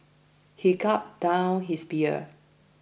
he gulped down his beer